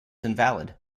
invalid